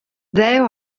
there